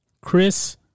chris